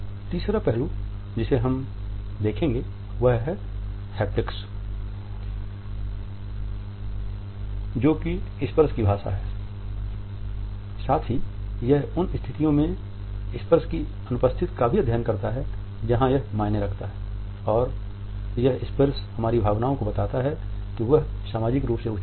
तीसरा पहलू जिसे हम देखेंगे वह हैप्टिक्स के रूप में जाना जाता है जो कि स्पर्श की भाषा है